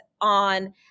on